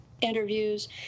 interviews